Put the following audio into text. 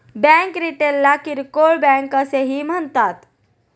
bank रिटेलला किरकोळ bank असेही म्हणतात